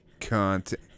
Content